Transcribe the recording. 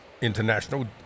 International